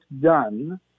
done